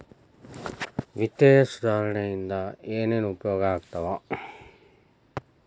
ವಿತ್ತೇಯ ಸುಧಾರಣೆ ಇಂದ ಏನೇನ್ ಉಪಯೋಗ ಆಗ್ತಾವ